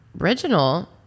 original